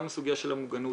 גם הסוגיה של המוגנות,